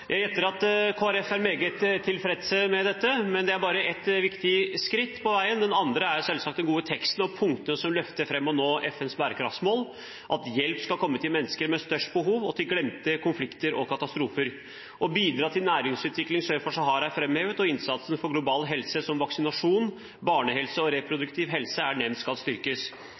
Jeg gjetter at Kristelig Folkeparti er meget tilfreds med dette, men det er bare ett viktig skritt på veien. Det andre er selvsagt den gode teksten og de punktene som er løftet fram, om å nå FNs bærekraftsmål, at hjelp skal komme til de menneskene med størst behov og til glemte konflikter og katastrofer. Å bidra til næringsutvikling sør for Sahara er framhevet, og innsatsen for global helse, som vaksinasjon, barnehelse og reproduktiv helse, er nevnt at skal styrkes.